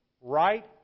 right